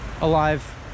alive